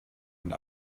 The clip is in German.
und